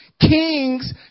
Kings